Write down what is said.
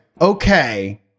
okay